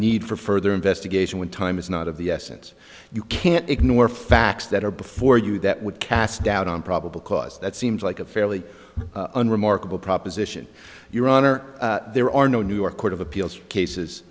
need for further investigation when time is not of the essence you can't ignore facts that are before you that would cast doubt on probable cause that seems like a fairly unremarkable proposition your honor there are no new york court of appeals cases